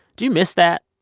do you miss that?